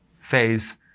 phase